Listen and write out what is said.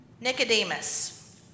Nicodemus